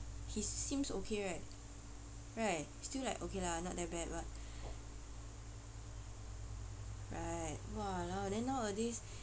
he seems okay right right still like okay lah not that bad but right !walao! then nowadays